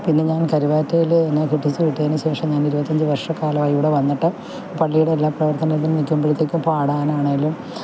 പിന്നെ ഞാന് കരുവാറ്റയില് എന്നെ കെട്ടിച്ച് വിട്ടയ്ന് ശേഷം ഞാന് ഇരുപത്തഞ്ച് വര്ഷക്കാലവായി ഇവിടെ വന്നിട്ട് പള്ളിയുടെ എല്ലാ പ്രവര്ത്തനത്തിനും നിൽക്കുമ്പഴത്തേക്കും പാടാനാണേലും